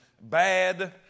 bad